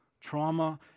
Trauma